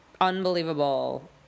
unbelievable